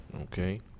Okay